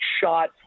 shot